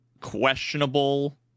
questionable